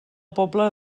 pobla